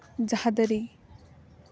ᱡᱟᱦᱟᱸ ᱫᱟᱨᱮ